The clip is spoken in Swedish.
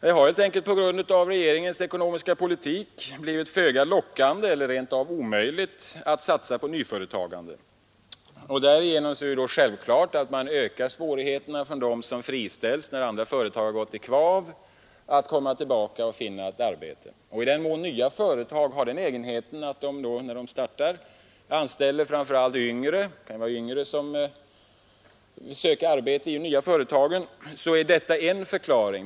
Det har, helt enkelt på grund av regeringens ekonomiska politik, blivit föga lockande eller rent av omöjligt att satsa på nyföretagande. Därigenom är det självklart att svårigheterna att komma tillbaka och finna ett arbete ökar för dem som har friställts när andra företag har gått i kvav. Nya företag kanske också har den egenheten att de framför allt anställer yngre arbetskraft. Det kan vara främst yngre människor som söker arbete i de nya företagen.